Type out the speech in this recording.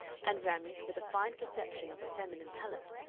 and ramage, with a fine perception of a feminine palate,